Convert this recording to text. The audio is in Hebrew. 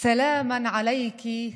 תודה רבה.